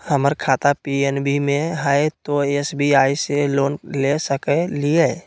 हमर खाता पी.एन.बी मे हय, तो एस.बी.आई से लोन ले सकलिए?